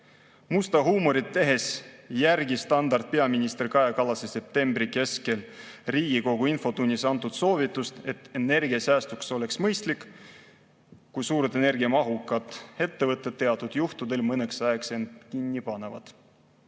Musta huumorit tehes, Standard järgis peaminister Kaja Kallase septembri keskel Riigikogu infotunnis antud soovitust, et energiasäästuks oleks mõistlik, kui suured energiamahukad ettevõtted teatud juhtudel mõneks ajaks end kinni panevad.